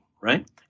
right